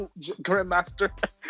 Grandmaster